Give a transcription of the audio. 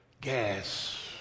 gas